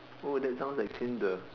oh that sounds like tinder